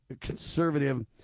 conservative